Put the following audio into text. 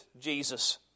Jesus